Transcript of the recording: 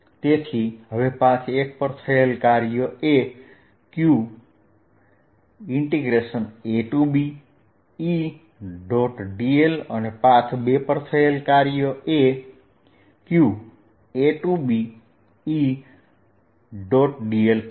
તેથી હવે પાથ 1 પર થયેલ કાર્ય એ qAB Edl અને પાથ 2 પર થયેલ કાર્ય એ qAB Edl થશે